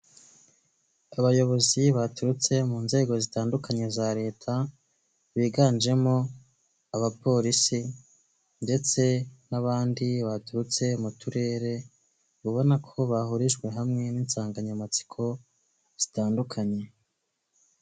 Abayobozi baturutse mu nzego zitandukanye za leta, biganjemo abapolisi ndetse n'abandi baturutse mu turere ubabona ko bahurijwe hamwe n'insanganyamatsiko zitandukanye.